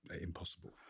impossible